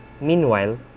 Meanwhile